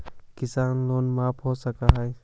किसान लोन माफ हो सक है?